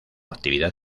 actividad